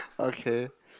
okay